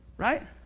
right